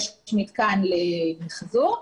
מתקן למיחזור.